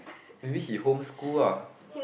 maybe he homeschool ah